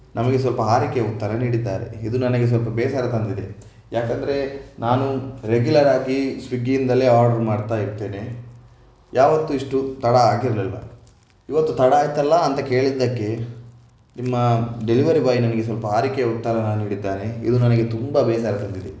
ನಮಗೆ ಸ್ವಲ್ಪ ಹಾರಿಕೆಯ ಉತ್ತರ ನೀಡಿದ್ದಾರೆ ಇದು ನನಗೆ ಸ್ವಲ್ಪ ಬೇಸರ ತಂದಿದೆ ಯಾಕೆಂದರೆ ನಾನು ರೆಗ್ಯುಲರ್ ಆಗಿ ಸ್ವಿಗ್ಗಿಯಿಂದಲೇ ಆರ್ಡರ್ ಮಾಡ್ತಾ ಇರ್ತೇನೆ ಯಾವತ್ತೂ ಇಷ್ಟು ತಡ ಆಗಿರಲಿಲ್ಲ ಇವತ್ತು ತಡ ಆಯಿತಲ್ಲ ಅಂತ ಕೇಳಿದ್ದಕ್ಕೆ ನಿಮ್ಮ ಡೆಲಿವರಿ ಬಾಯ್ ನನಗೆ ಸ್ವಲ್ಪ ಹಾರಿಕೆಯ ಉತ್ತರನ ನೀಡಿದ್ದಾನೆ ಇದು ನನಗೆ ತುಂಬ ಬೇಸರ ತಂದಿದೆ